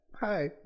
Hi